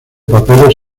papeles